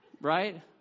right